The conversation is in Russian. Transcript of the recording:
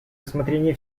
рассмотрения